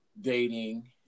dating